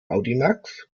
audimax